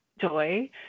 joy